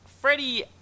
Freddy